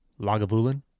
Lagavulin